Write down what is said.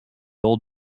old